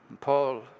Paul